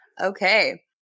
Okay